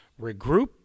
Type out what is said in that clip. regroup